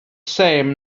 same